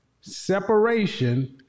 separation